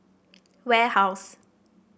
warehouse